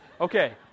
Okay